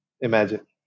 Imagine